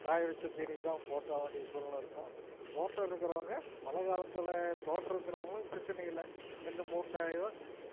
காய வச்ச தீனி தான் போட்டாக வேண்டிய சூழ்நிலை இருக்கும் தோட்டம் இருக்கறவங்க மழ காலத்தில் தோட்டம் இருக்கிறவங்களுக்கு பிரச்சனை இல்லை எந்த